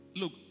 look